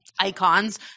icons